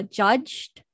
judged